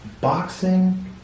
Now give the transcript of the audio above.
boxing